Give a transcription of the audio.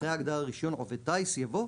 אחרי ההגדרה "רישיון עובד טיס" יבוא: